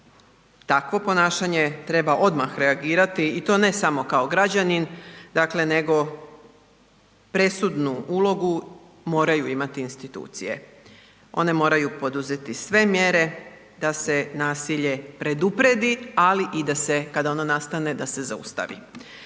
takvo ponašanje, treba odmah reagirati i to ne samo kao građanin, dakle nego presudnu ulogu moraju imati institucije, one moraju poduzeti sve mjere da se nasilje pred upredi, ali i da se, kada ono nastane, da se zaustavi.